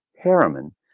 Harriman